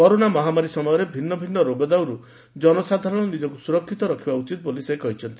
corona ମହାମାରୀ ସମୟରେ ଭିନ୍ନ ଭିନ୍ନ ରୋଗଦାଉରୁ ଜନସାଧାରଣ ନିଜକୁ ସୁରକ୍ଷିତ ରଖିବା ଉଚିତ ବୋଲି ସେ କହିଛନ୍ତି